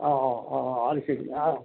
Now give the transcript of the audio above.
ആ ഓ ആ ആ അതുശരി ആ